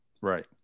Right